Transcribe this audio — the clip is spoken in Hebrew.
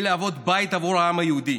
היא להוות בית עבור העם היהודי: